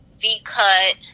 V-cut